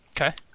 Okay